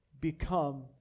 become